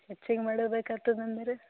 ಹೆಚ್ಚಿಗೆ ಮಾಡ ಬೇಕಾಗ್ತದೆ ಅಂದ್ರೆ